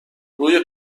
روی